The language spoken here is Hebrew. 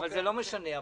אבל לא משנה.